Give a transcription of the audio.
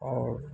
आओर